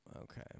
okay